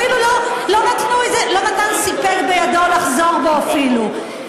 אפילו לא נתן סיפק בידו לחזור בו, אפילו.